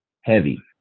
heavy